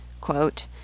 Quote